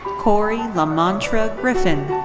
corey lamontra griffin.